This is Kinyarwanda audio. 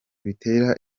bitera